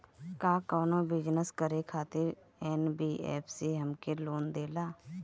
का कौनो बिजनस करे खातिर एन.बी.एफ.सी हमके लोन देला?